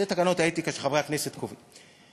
אלה תקנות האתיקה שחברי הכנסת קובעים.